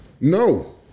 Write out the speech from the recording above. No